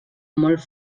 molt